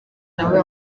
nawe